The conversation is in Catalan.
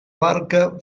barca